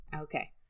Okay